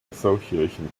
association